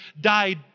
died